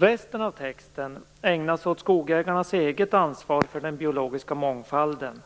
Resten av texten ägnas åt skogsägarnas eget ansvar för den biologiska mångfalden